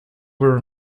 were